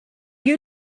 you